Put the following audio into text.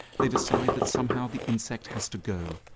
they decide that somehow the insect has to go.